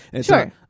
Sure